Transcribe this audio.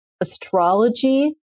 astrology